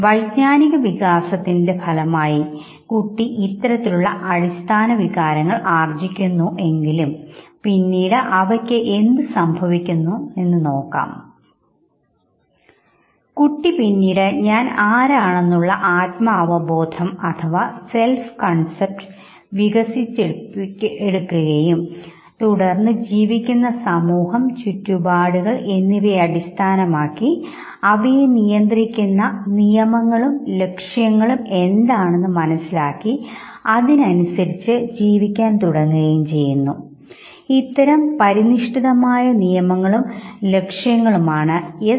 വൈജ്ഞാനിക വികാസത്തിന് ഫലമായി കുട്ടി ഇത്തരത്തിലുള്ള അടിസ്ഥാന വികാരങ്ങൾ ആർജിച്ചിരിക്കുന്നു ഉണ്ടെങ്കിലും പിന്നീട് അവയ്ക്ക് എന്ത് സംഭവിക്കുന്നു എന്ന് നോക്കാം കുട്ടി പിന്നീട് ഞാൻ ആരാണെന്നുള്ള ആത്മാവബോധം സൃഷ്ടിച്ചെടുക്കുകയും തുടർന്ന് ജീവിക്കുന്ന സമൂഹം ചുറ്റുപാടുകൾ എന്നിവയെ അടിസ്ഥാനമാക്കി അവയെ നിയന്ത്രിക്കുന്ന നിയമങ്ങളും ലക്ഷ്യങ്ങളും എന്താണെന്ന്മനസ്സിലാക്കി അതിനനുസരിച്ച് ജീവിക്കാൻ തുടങ്ങുന്നു ഇത്തരം പരിനിഷ്ഠിതമായ നിയമങ്ങളും ലക്ഷങ്ങളും ആണ് എസ്